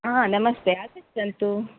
आम् नमस्ते आगच्छन्तु